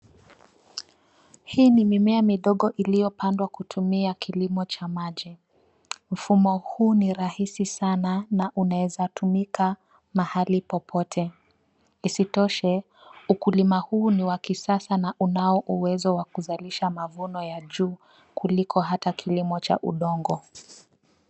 Hii ni mimea midogo iliyopandwa kutumia kilimo cha maji. Mfumo huu ni rahisi sana na unaeza tumika mahali popote. Isitoshe, ukulima huu ni wa kisasa na unao uwezo wakuzalisha mavuno ya juu kuliko hata kilimo cha udongo.